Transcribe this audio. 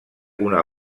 una